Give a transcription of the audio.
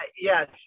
Yes